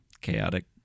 chaotic